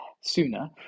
sooner